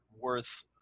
worth